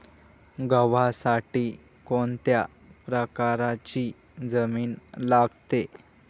गव्हासाठी कोणत्या प्रकारची जमीन लागते?